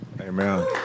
Amen